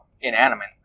inanimate